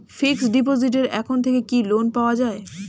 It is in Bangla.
ফিক্স ডিপোজিটের এখান থেকে কি লোন পাওয়া যায়?